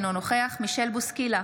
אינו נוכח מישל בוסקילה,